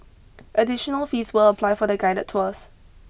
additional fees will apply for the guided tours